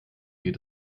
geht